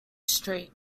street